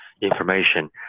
information